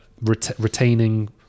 Retaining